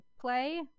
play